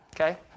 okay